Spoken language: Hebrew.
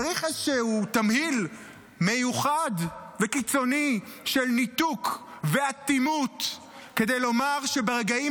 צריך איזשהו תמהיל מיוחד וקיצוני של ניתוק ואטימות כדי לומר שברגעים